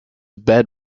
bed